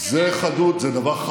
זה מה שאומרים לגבי אשכנזי.